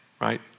right